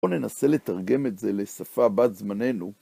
בואו ננסה לתרגם את זה לשפה בת זמננו.